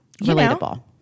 relatable